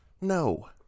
No